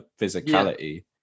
physicality